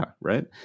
right